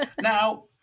Now